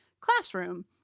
classroom